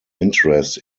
interest